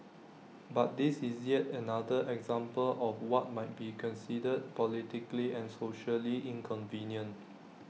but this is yet another example of what might be considered politically and socially inconvenient